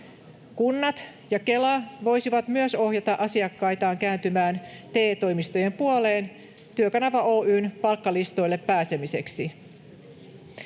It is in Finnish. Kunnat ja Kela voisivat myös ohjata asiakkaitaan kääntymään TE-toimistojen puoleen Työkanava Oy:n palkkalistoille pääsemiseksi.